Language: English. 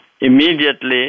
Immediately